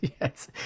Yes